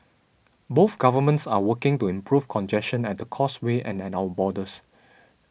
both governments are working to improve congestion at the Causeway and at our borders